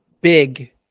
Big